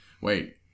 Wait